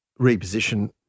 reposition